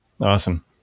awesome